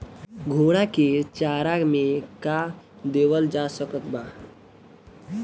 घोड़ा के चारा मे का देवल जा सकत बा?